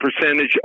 percentage